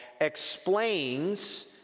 explains